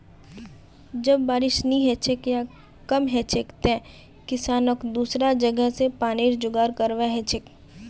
जब बारिश नी हछेक या कम हछेक तंए किसानक दुसरा जगह स पानीर जुगाड़ करवा हछेक